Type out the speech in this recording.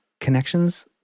connections